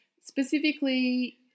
Specifically